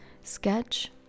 sketch